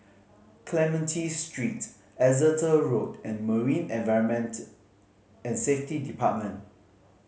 Clementi Street Exeter Road and Marine Environment and Safety Department